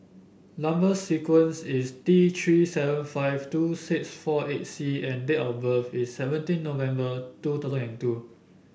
number sequence is T Three seven five two six four eight C and date of birth is seventeen November two thousand and two